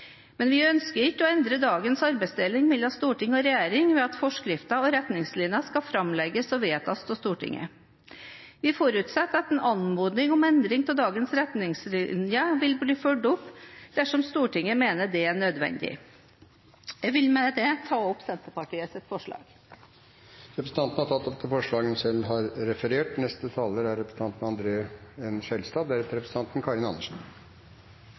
men vi ønsker ikke å endre dagens arbeidsdeling mellom storting og regjering ved at forskrifter og retningslinjer skal framlegges og vedtas av Stortinget. Vi forutsetter at en anmodning om endring av dagens retningslinjer vil bli fulgt opp, dersom Stortinget mener det er nødvendig. Jeg vil med dette ta opp Senterpartiets forslag. Representanten Heidi Greni tatt opp det forslaget hun refererte til. Jeg takker forslagsstillerne for forslaget og for engasjementet rundt saken og ikke minst saksordføreren for et godt innlegg. Så er